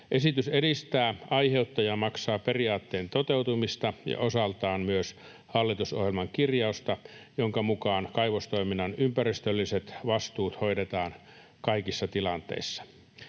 Esitys edistää aiheuttaja maksaa ‑periaatteen toteutumista ja osaltaan myös hallitusohjelman kirjausta, jonka mukaan kaivostoiminnan ympäristölliset vastuut hoidetaan kaikissa tilanteissa.